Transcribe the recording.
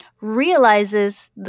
realizes